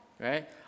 right